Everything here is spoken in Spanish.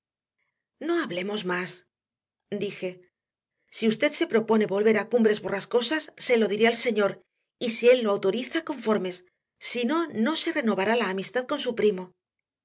no hablemos más dije si usted se propone volver a cumbres borrascosas se lo diré al señor y si él lo autoriza conformes si no no se renovará la amistad con su primo